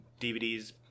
DVDs